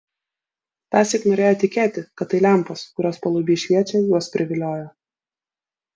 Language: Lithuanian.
tąsyk norėjo tikėti kad tai lempos kurios paluby šviečia juos priviliojo